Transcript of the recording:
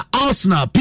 arsenal